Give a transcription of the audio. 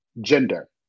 gender